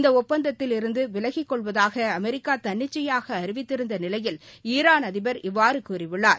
இந்த ஒப்பந்தத்தில் இருந்து விலகிக் கொள்வதாக அமெரிக்கா தன்னிச்சையாக அறிவித்திருந்த நிலையில் ஈரான் அதிபர் இவ்வாறு கூறியுள்ளார்